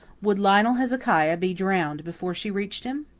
would lionel hezekiah be drowned before she reached him?